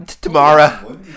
Tomorrow